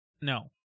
No